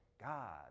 god